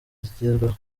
zigezweho